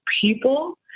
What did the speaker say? people